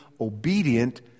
obedient